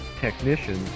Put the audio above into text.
technicians